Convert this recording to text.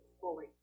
fully